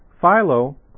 Philo